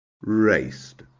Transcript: raced